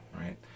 right